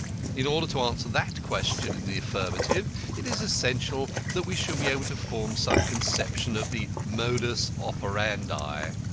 in order to answer that question in the affirmative it is essential that we should be able to form some conception of the modus operandi.